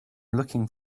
looking